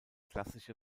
klassische